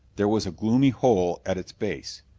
there was a gloomy hole at its base.